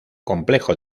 complejo